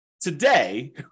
today